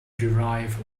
derive